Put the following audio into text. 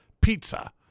pizza